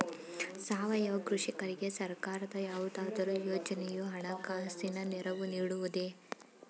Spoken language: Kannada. ಸಾವಯವ ಕೃಷಿಕರಿಗೆ ಸರ್ಕಾರದ ಯಾವುದಾದರು ಯೋಜನೆಯು ಹಣಕಾಸಿನ ನೆರವು ನೀಡುವುದೇ?